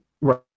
right